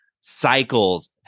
cycles